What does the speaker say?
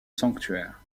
sanctuaire